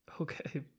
Okay